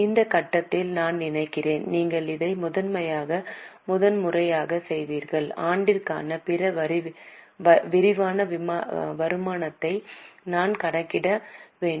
இந்த கட்டத்தில் நான் நினைக்கிறேன் நீங்கள் இதை முதன்முறையாகச் செய்வீர்கள் ஆண்டிற்கான பிற விரிவான வருமானத்தை நாம் கணக்கிட வேண்டும்